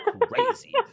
Crazy